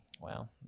Wow